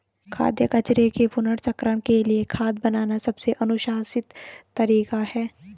खाद्य कचरे के पुनर्चक्रण के लिए खाद बनाना सबसे अनुशंसित तरीका है